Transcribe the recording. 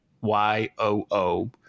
Y-O-O